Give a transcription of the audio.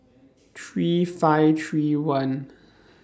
three five three one